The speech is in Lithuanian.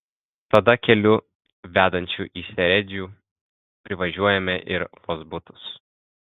tada keliu vedančiu į seredžių privažiuojame ir vozbutus